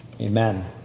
Amen